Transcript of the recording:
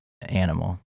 animal